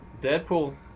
Deadpool